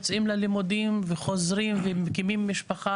יוצאים ללימודים וחוזרים ומקימים משפחה